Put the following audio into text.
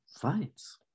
fights